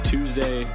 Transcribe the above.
Tuesday